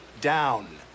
down